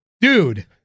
Dude